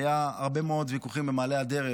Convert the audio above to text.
היו הרבה מאוד ויכוחים במעלה הדרך.